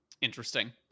Interesting